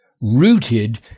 rooted